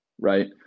right